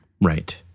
Right